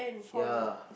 yeah